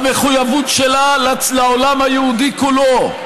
המחויבות לעם היהודי כולו,